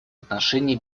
отношении